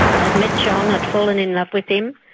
i'd met john, i'd fallen in love with him,